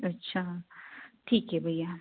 अच्छा ठीक है भैया